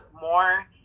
more